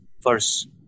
first